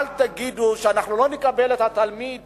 אל תגידו: לא נקבל תלמיד